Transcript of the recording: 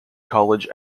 college